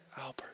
Albert